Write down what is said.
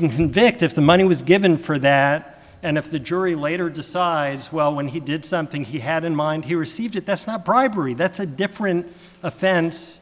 if the money was given for that and if the jury later decides well when he did something he had in mind he received it that's not bribery that's a different offense